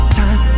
time